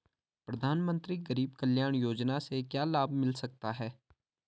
प्रधानमंत्री गरीब कल्याण योजना से क्या लाभ मिल सकता है?